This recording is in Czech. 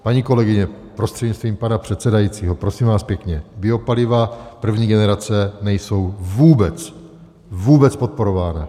Paní kolegyně prostřednictvím pana předsedajícího, prosím vás pěkně, biopaliva první generace nejsou vůbec vůbec podporována.